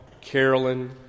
Carolyn